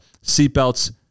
seatbelts